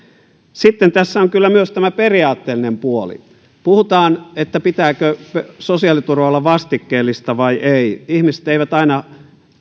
sitten tässä on kyllä myös tämä periaatteellinen puoli puhutaan että pitääkö sosiaaliturvan olla vastikkeellista vai ei ihmiset eivät aina